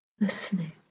listening